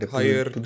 higher